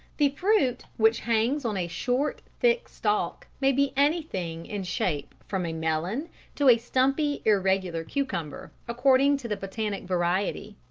the fruit, which hangs on a short thick stalk, may be anything in shape from a melon to a stumpy, irregular cucumber, according to the botanic variety.